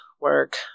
work